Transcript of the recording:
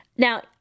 Now